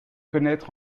connaître